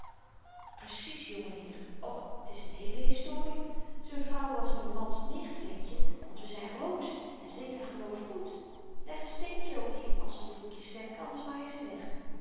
precies jonge heer och t is n heele historie z'n vrouw was m'n mans nicht weetje want we zyn roomsch en ze deed haar geloof goed leg n steentjen op die asseldoekjes femke anders waaien ze weg